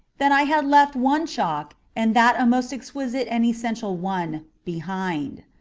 that i had left one chalk, and that a most exquisite and essential one, behind.